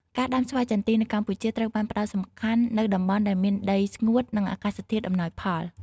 ការដាំស្វាយចន្ទីនៅកម្ពុជាត្រូវបានផ្តោតសំខាន់នៅតំបន់ដែលមានដីស្ងួត និងអាកាសធាតុអំណោយផល។